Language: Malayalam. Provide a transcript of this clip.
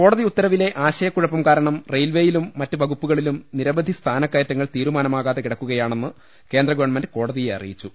കോടതി ഉത്തരവിലെ ആശയക്കുഴപ്പം കാരണം റെയിൽവെയിലും മറ്റ് വകുപ്പുകളിലും നിരവധി സ്ഥാനക്കയറ്റങ്ങൾ തീരുമാനമാകാതെ കിടക്കുകയാണെന്ന് കേന്ദ്രഗവൺമെന്റ് കോട തിയെ അറിയിച്ചു